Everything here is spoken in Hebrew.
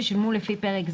שתי דקות הפסקה.